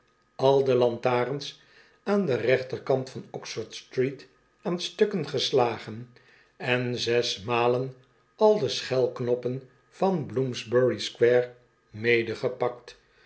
al de lantaarns aan den rechterkant van oxford-street aan stukken geslagen en zes malen al de schelknoppen van bloomsbury square